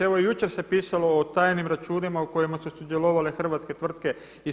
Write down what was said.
Evo, jučer se pisalo o tajnim računima u kojima su sudjelovale hrvatske tvrtke.